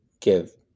give